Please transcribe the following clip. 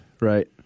Right